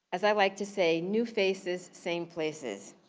as i like to say, new faces, same places.